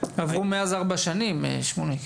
עברו מאז ארבע שנים, שמוליק.